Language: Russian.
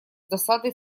досадой